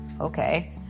okay